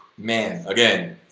man, again